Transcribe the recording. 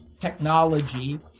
technology